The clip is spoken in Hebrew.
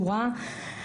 שהוא ראה.